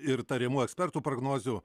ir tariamų ekspertų prognozių